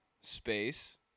space